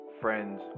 friends